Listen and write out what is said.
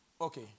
Okay